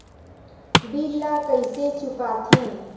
bill ला कइसे चुका थे